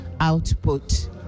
output